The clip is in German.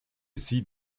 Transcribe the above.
sie